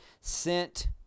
sent